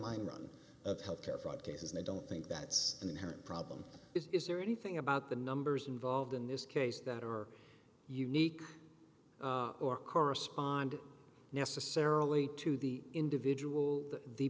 mine run of health care fraud cases and i don't think that's an inherent problem is there anything about the numbers involved in this case that are unique or correspond necessarily to the individual t